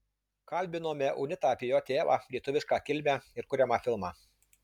kalbinome unitą apie jo tėvą lietuvišką kilmę ir kuriamą filmą